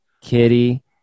kitty